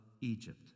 Egypt